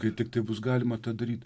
kai tiktai bus galima tą daryt